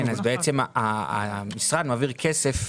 כן, אז בעצם המשרד מעביר כסף.